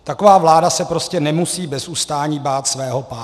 Taková vláda se prostě nemusí bez ustání bát svého pádu.